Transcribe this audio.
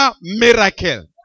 miracle